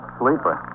sleeper